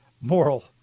moral